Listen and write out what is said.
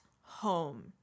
home